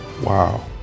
wow